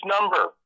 number